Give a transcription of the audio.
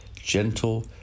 gentle